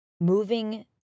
moving